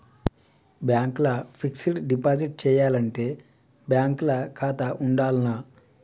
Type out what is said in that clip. Bank ల fixed deposit చేయాలంటే bank ల ఖాతా ఉండాల్నా?